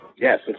Yes